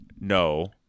no